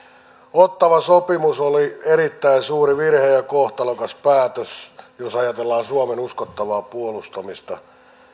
ottawan sopimus oli erittäin suuri virhe ja kohtalokas päätös jos ajatellaan suomen uskottavaa puolustamista